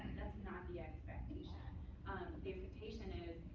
that's not the expectation. the expectation is,